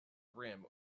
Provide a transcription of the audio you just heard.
rim